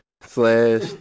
Slash